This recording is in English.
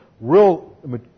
real